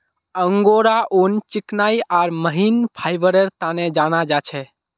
angora ऊन चिकनाई आर महीन फाइबरेर तने जाना जा छे